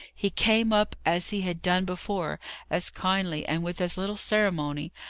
he came up as he has done before as kindly, and with as little ceremony,